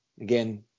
again